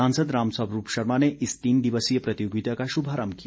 सांसद रामस्वरूप शर्मा ने इस तीन दिवसीय प्रतियोगिता का शुभारंभ किया